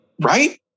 right